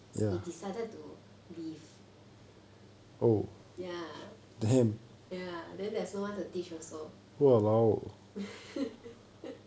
he decided to leave ya ya then there's no one to teach also